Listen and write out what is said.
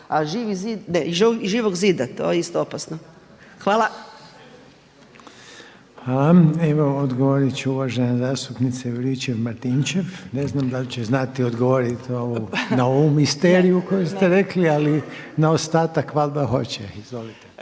i Živog zida, to je isto opasno. Hvala. **Reiner, Željko (HDZ)** Hvala. Evo odgovoriti će uvažena zastupnica Juričev-Martinčev. Ne znam da li će znati odgovoriti na ovu misteriju koju ste rekli ali na ostatak valjda hoće. Izvolite.